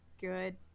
Good